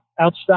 outside